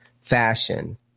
fashion